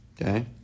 Okay